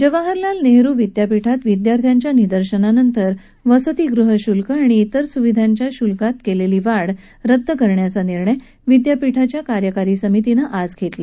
जवाहरलाल नेहरु विद्यापीठात विद्यार्थ्यांच्या निदर्शनानंतर वसतीगृह शुल्क आणि तिर सुविधांच्या शुल्कात केलेली वाढ रद्द करण्याचा निर्णय विद्यापीठाच्या कार्यकारी समितीनं आज घेतला